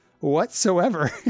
whatsoever